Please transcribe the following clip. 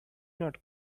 not